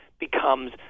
becomes